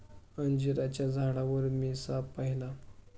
अंजिराच्या झाडावर मी साप पाहिला